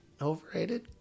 overrated